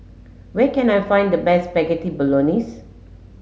where can I find the best Spaghetti Bolognese